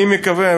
אני מקווה,